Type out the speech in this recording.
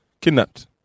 kidnapped